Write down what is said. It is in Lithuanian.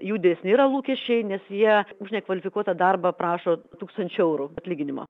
jų didesni yra lūkesčiai nes jie už nekvalifikuotą darbą prašo tūkstančio eurų atlyginimo